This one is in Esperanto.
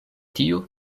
tio